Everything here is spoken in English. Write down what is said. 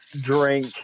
drink